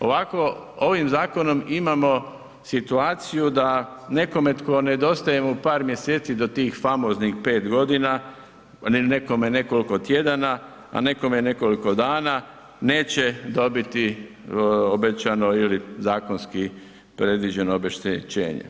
Ovako, ovim zakonom imamo situaciju da nekome tko nedostaje mu par mjeseci do tih famoznih 5 godina, nekome nekoliko tjedana, a nekome nekoliko dana neće dobiti obećano ili zakonski predviđeno obeštećenje.